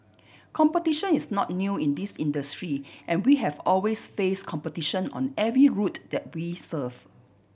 competition is not new in this industry and we have always faced competition on every route that we serve